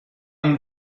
این